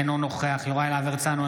אינו נוכח יוראי להב הרצנו,